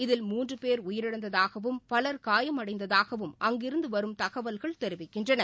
இதில் மூன்றுபோ் உயிரிழந்ததாகவும் பலர் காயமடைந்ததாகவும் அங்கிருந்துவரும் தவல்கள் தெரிவிக்கின்றன